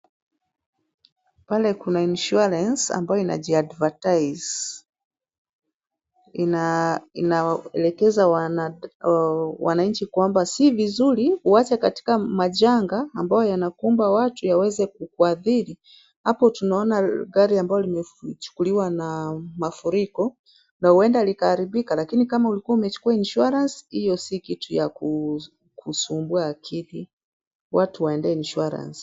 Pale, kuna insurance ambayo inajia advertise , ina- inaelekeza wana- uh, wananchi kwamba si vizuri kuacha katika majanga ambayo yanakumba watu yaweze kukuaathiri. Hapo tunaona gari ambalo limefukuliwa na mafuriko, na huenda likaharibika, lakini kama ulikuwa umechukua insurance , hiyo si kitu ya ku- kusumbua akili. Watu waende insurance .